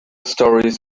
stories